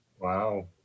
Wow